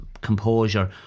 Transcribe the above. composure